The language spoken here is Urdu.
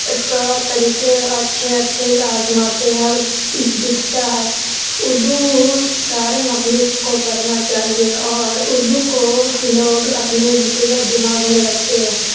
طور طریقے اچھے اچھے آزماتے ہیں اس دکھتا ہے اردو سارے مخلوق کو پڑھنا چاہیے اور اردو کو لوگ اپنے دل و دماغ میں رکھتے ہیں